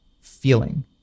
feeling